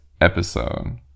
episode